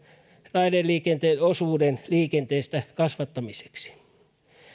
raideliikenteen osuuden liikenteestä kasvattamiseksi